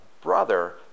brother